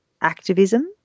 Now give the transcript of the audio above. activism